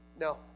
No